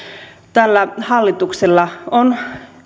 tällä hallituksella on